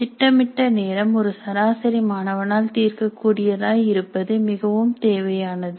திட்டமிட்ட நேரம் ஒரு சராசரி மாணவன் ஆல் தீர்க்கக்கூடிய தாய் இருப்பது மிகவும் தேவையானது